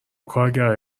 کارگرهای